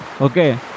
okay